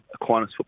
Aquinas